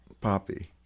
Poppy